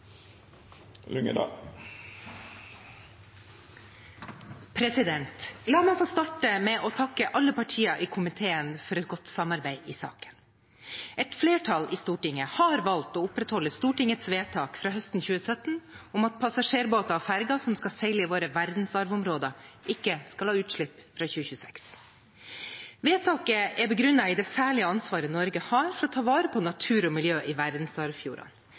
minutt. La meg få starte med å takke alle partiene i komiteen for et godt samarbeid i saken. Et flertall i Stortinget har valgt å opprettholde Stortingets vedtak fra høsten 2017 om at passasjerbåter og ferger som skal seile i våre verdensarvområder, ikke skal ha utslipp fra 2026. Vedtaket er begrunnet i det særlige ansvaret Norge har for å ta vare på natur og miljø i